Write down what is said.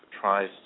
tries